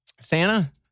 Santa